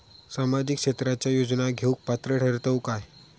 सामाजिक क्षेत्राच्या योजना घेवुक पात्र ठरतव काय?